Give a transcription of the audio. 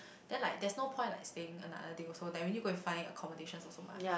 then like there's no point like staying another day also like we need to go and find accommodation also mah